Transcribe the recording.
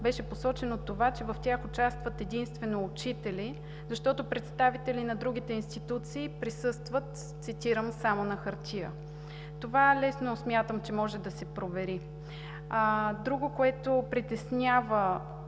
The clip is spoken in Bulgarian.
беше посочено това, че в тях участват единствено учители, защото представители на другите институции присъстват, цитирам: „само на хартия“. Това смятам, че лесно може да се провери. Друго, което притеснява